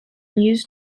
used